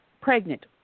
pregnant